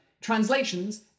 Translations